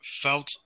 felt